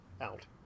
out